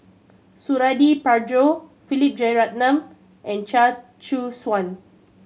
Suradi Parjo Philip Jeyaretnam and Chia Choo Suan